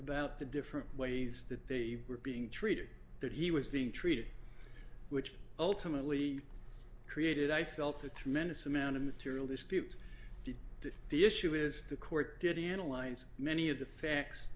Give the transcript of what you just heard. about the different ways that they were being treated that he was being treated which ultimately created i felt a tremendous amount of material dispute that the issue is the court did analyze many of the facts